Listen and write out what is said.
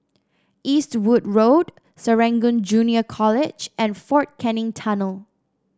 Eastwood Road Serangoon Junior College and Fort Canning Tunnel